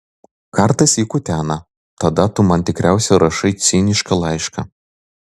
kartais jį kutena tada tu man tikriausiai rašai cinišką laišką